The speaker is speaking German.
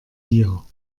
hier